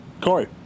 Corey